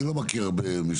אני לא מכיר הרבה משרדים.